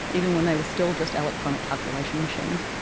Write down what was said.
even when they were still just electronic calculation machines.